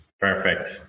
Perfect